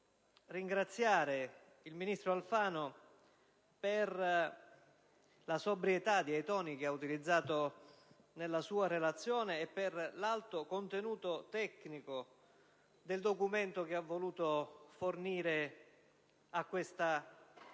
ringraziare il ministro Alfano per la sobrietà dei toni che ha utilizzato nella sua relazione e per l'alto contenuto tecnico del documento che ha voluto fornire a questa Aula